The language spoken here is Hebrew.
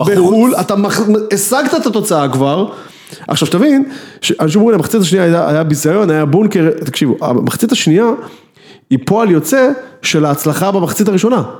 בחו"ל, אתה השגת את התוצאה כבר. עכשיו שתבין, שאנשים אומרים, המחצית השנייה היה ביזיון, היה בונקר, תקשיבו, המחצית השנייה, היא פועל יוצא של ההצלחה במחצית הראשונה.